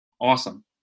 awesome